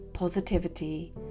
positivity